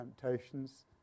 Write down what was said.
temptations